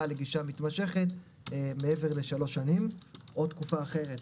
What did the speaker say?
לגישה מתמשכת מעבר לשלוש שנים או לתקופה אחרת